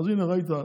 ראית,